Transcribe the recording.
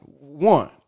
One